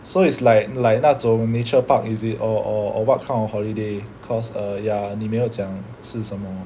so it's like like 那种 nature park is it or or or what kind of holiday cause err ya 你没有讲是什么